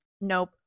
nope